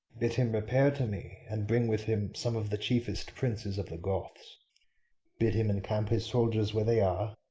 bid him repair to me, and bring with him some of the chiefest princes of the goths bid him encamp his soldiers where they are.